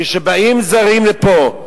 כשבאים זרים לפה,